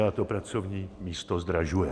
A to pracovní místo zdražuje.